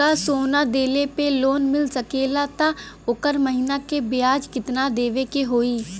का सोना देले पे लोन मिल सकेला त ओकर महीना के ब्याज कितनादेवे के होई?